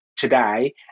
today